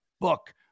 book